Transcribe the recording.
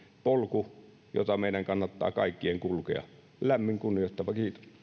polku jota meidän kaikkien kannattaa kulkea lämmin kunnioittava